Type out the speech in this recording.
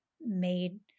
made